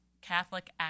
Catholic